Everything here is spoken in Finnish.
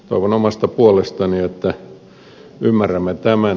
toivon omasta puolestani että ymmärrämme tämän